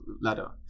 ladder